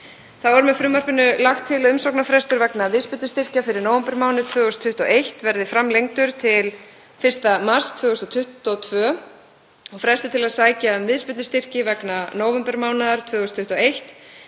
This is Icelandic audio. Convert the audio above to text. Þá er með frumvarpinu lagt til að umsóknarfrestur vegna viðspyrnustyrkja fyrir nóvembermánuð 2021 verði framlengdur til 1. mars 2022 og frestur til að sækja um viðspyrnustyrki vegna nóvembermánaðar 2021